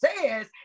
says